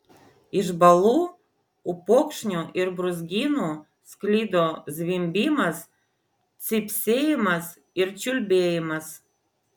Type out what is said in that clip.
iš balų upokšnių ir brūzgynų sklido zvimbimas cypsėjimas ir čiulbėjimas